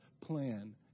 plan